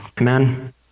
Amen